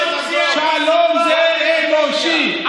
שלום זה אנושי.